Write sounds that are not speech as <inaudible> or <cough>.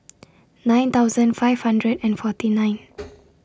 nine thousand five hundred and forty nine <noise>